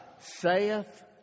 saith